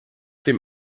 dem